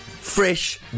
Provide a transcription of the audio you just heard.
Fresh